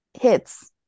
hits